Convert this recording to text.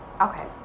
Okay